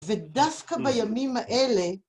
ודווקא בימים האלה...